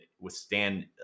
withstand